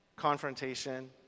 confrontation